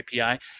API